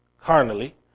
carnally